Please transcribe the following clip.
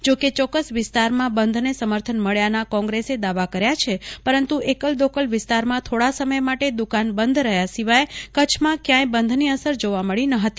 જોકે ચોક્કસવિસ્તારમાં બંધને સમર્થન મળ્યાના કોંગ્રેસે દાવા કર્યા પછે પરંતુ એકલ દોકલ વિસ્તારમાં થોડા સમય માટે દ્વકાનબંધ રહ્યા સિવાય કચ્છમાં કયાંય બંધની અસર જોવા મળી ન હતી